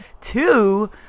two